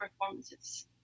performances